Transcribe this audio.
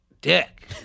dick